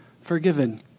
forgiven